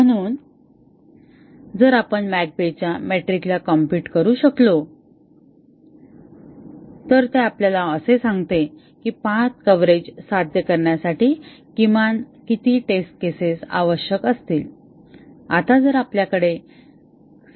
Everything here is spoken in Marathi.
म्हणून जर आपण मॅककेबच्या मेट्रिक ला कॉम्प्युट करू शकलो तर ते आपल्याला असे सांगते की पाथ कव्हरेज साध्य करण्यासाठी किमान किती टेस्ट केसेस आवश्यक असतील